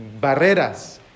barreras